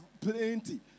plenty